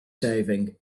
saving